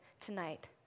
tonight